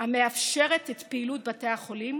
ומבטיח ודאות המאפשרת את פעילות בתי החולים